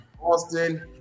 Austin